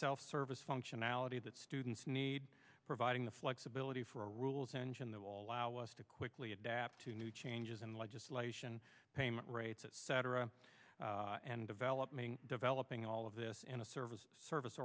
self service functionality that students need providing the flexibility for a rules engine the wall allow us to quickly adapt to new changes in legislation payment rates etc and developing developing all of this in a service a service